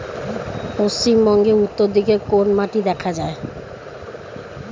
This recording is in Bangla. পশ্চিমবঙ্গ উত্তর দিকে কোন মাটি দেখা যায়?